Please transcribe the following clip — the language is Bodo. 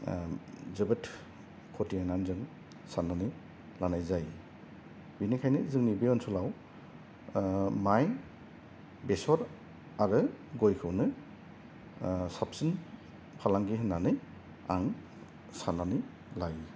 जोबोद खथि होननानै जों साननानै लानाय जायो बिनिखायनो जोंनि बे ओनसोलाव माइ बेसर आरो गयखौनो साबसिन फालांगि होननानै आं साननानै लायो